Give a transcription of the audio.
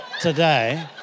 today